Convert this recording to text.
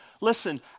listen